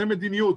זו מדיניות,